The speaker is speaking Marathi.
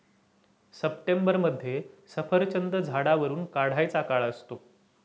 सप्टेंबरमध्ये सफरचंद झाडावरुन काढायचा काळ असतो